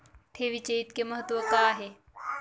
ठेवीचे इतके महत्व का आहे?